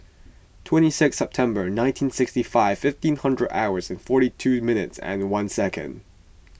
twenty six September nineteen sixty five fifteen hundred hours forty two minutes and one second